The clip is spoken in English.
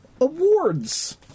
awards